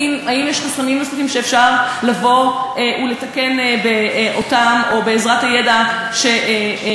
האם יש חסמים נוספים שאפשר לבוא ולתקן אותם בעזרת הידע שנחשף?